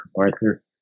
Arthur